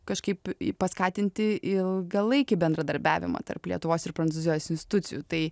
kažkaip paskatinti ilgalaikį bendradarbiavimą tarp lietuvos ir prancūzijos institucijų tai